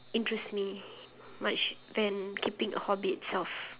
interest me much than keeping a hobby itself